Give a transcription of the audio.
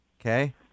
Okay